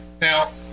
now